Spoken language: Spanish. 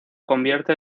convierte